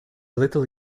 little